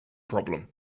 problem